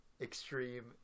extreme